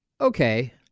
Okay